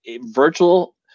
virtual